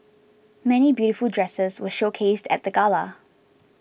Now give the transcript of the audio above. many beautiful dresses were showcased at the gala